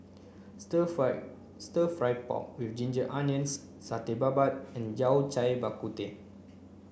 stir fry stir fry pork with ginger onions satay babat and Yao Cai Bak Kut Teh